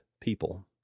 people